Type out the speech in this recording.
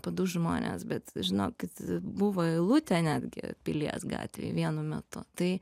po du žmones bet žinokit buvo eilutė netgi pilies gatvėj vienu metu tai